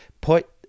put